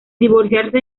divorciarse